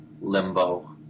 Limbo